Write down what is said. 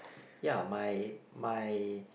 ya my my